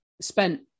spent